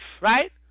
right